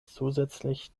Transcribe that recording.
zusätzlich